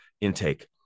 intake